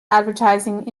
advertising